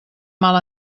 mal